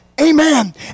amen